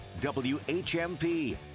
whmp